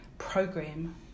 program